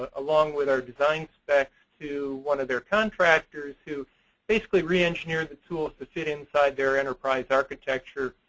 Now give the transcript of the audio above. ah along with our design specs, to one of their contractors to basically re-engineer the tool to fit inside their enterprise architecture.